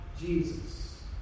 Jesus